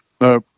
No